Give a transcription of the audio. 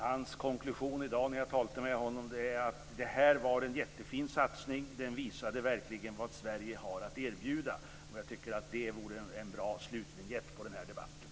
Hans konklusion när jag i dag talade med honom var att det här var en jättefin satsning. Den visade verkligen vad Sverige har att erbjuda. Jag tycker att det vore en bra slutvinjett på den här debatten.